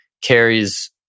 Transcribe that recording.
carries